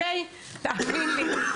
תאמין לי.